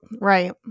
Right